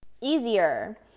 easier